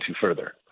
further